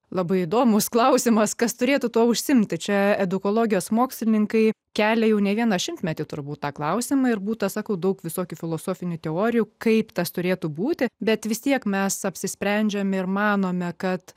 labai įdomus klausimas kas turėtų tuo užsiimti čia edukologijos mokslininkai kelia jau ne vieną šimtmetį turbūt tą klausimą ir būta sakau daug visokių filosofinių teorijų kaip tas turėtų būti bet vis tiek mes apsisprendžiame ir manome kad